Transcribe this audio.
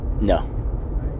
no